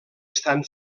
estan